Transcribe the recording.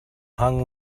hung